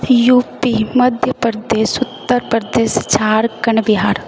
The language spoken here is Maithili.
यूपी मध्यप्रदेश उत्तरप्रदेश झारखण्ड बिहार